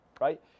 right